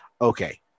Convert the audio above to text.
okay